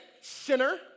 sinner